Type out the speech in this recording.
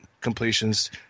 completions